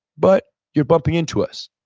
but you're bumping into us,